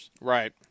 Right